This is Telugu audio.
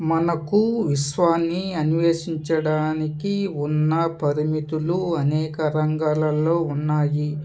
మనకు విశ్వాన్ని అన్వేషించడానికి ఉన్న పరిమితులు అనేక రంగాలలో ఉన్నాయి